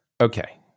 Okay